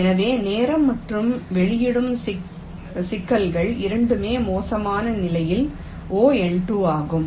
எனவே நேரம் மற்றும் வெளியிடம் சிக்கல்கள் இரண்டுமே மோசமான நிலையில் Ο ஆகும்